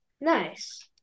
Nice